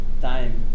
time